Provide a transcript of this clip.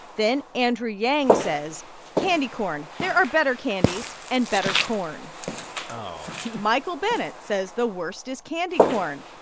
then andrew yang says candy corn there are better candies and better corn oh michael bennet says the worst is candy corn.